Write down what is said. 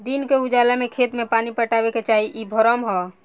दिन के उजाला में खेत में पानी पटावे के चाही इ भ्रम ह